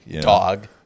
Dog